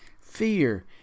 Fear